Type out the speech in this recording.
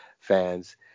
fans